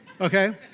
Okay